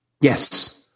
Yes